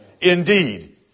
Indeed